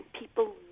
people